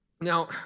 now